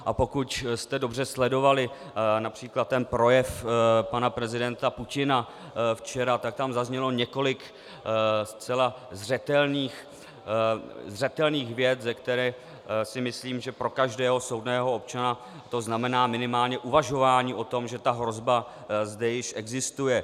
A pokud jste dobře sledovali například projev pana prezidenta Putina včera, tak tam zaznělo několik zcela zřetelných vět, které si myslím, že pro každého soudného občana to znamená minimálně uvažování o tom, že ta hrozba zde již existuje.